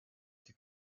till